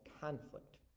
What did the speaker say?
conflict